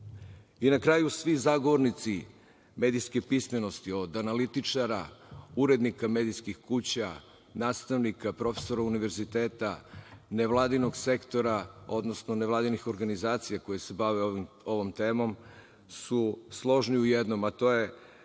kraju, svi zagovornici medijske pismenosti, od analitičara, urednika medijskih kuća, nastavnika, profesora univerziteta, nevladinog sektora, odnosno nevladinih organizacija koje se bave ovom temom, složni su u jednom, a to je